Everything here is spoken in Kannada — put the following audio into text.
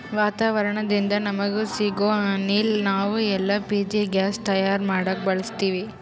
ವಾತಾವರಣದಿಂದ ನಮಗ ಸಿಗೊ ಅನಿಲ ನಾವ್ ಎಲ್ ಪಿ ಜಿ ಗ್ಯಾಸ್ ತಯಾರ್ ಮಾಡಕ್ ಬಳಸತ್ತೀವಿ